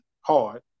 hard